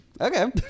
Okay